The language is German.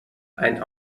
ein